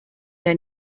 der